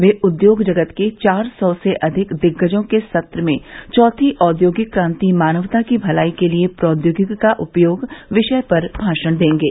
वे उद्योग जगत के चार सौ से अधिक दिग्गजों के सत्र में चौथी औद्योगिक क्रांति मानवता की भलाई के लिए प्रौद्योगिकी का उपयोग विषय पर भाषण देंगे